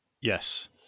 Yes